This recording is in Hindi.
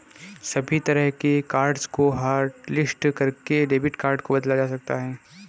सभी तरह के कार्ड्स को हाटलिस्ट करके डेबिट कार्ड को बदला जाता है